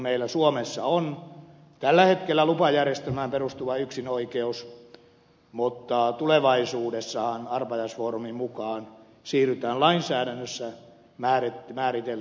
meillä suomessa on tällä hetkellä lupajärjestelmään perustuva yksinoikeus mutta tulevaisuudessahan arpajaisfoorumin mukaan siirrytään lainsäädännössä määriteltyyn monopoliin